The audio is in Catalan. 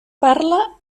parla